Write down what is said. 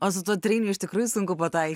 o su tuo tryniu iš tikrųjų sunku patai